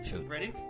Ready